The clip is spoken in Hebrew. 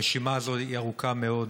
הרשימה הזאת היא ארוכה מאוד,